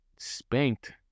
Spanked